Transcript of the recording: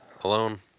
alone